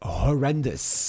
horrendous